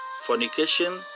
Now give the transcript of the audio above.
fornication